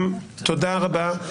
תודה רבה.